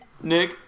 Nick